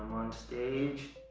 on stage,